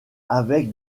avec